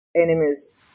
enemies